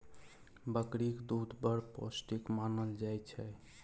बकरीक दुध बड़ पौष्टिक मानल जाइ छै